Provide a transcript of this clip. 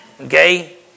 okay